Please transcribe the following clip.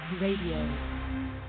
RADIO